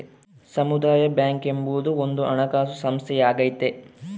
ಸಮುದಾಯ ಬ್ಯಾಂಕ್ ಎಂಬುದು ಒಂದು ಹಣಕಾಸು ಸಂಸ್ಥೆಯಾಗೈತೆ